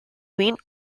win